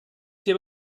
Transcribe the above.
hier